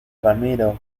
ramiro